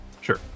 Sure